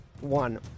one